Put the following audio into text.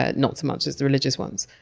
ah not so much as the religious ones.